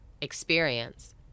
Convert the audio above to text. experience